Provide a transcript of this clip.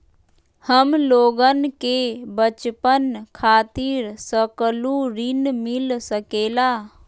हमलोगन के बचवन खातीर सकलू ऋण मिल सकेला?